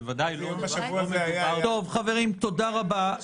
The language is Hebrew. ובשבוע הזה --- חברים, תודה רבה.